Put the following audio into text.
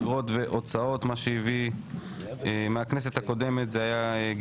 אגרות והוצאות (תיקון מס' 19 והוראת שעה)